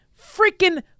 freaking